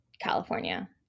California